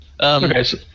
Okay